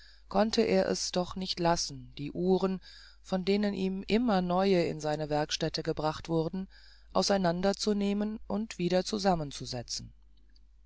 konnte er es doch nicht lassen die uhren von denen ihm immer neue in seine werkstätte gebracht wurden auseinander zu nehmen und wieder zusammenzusetzen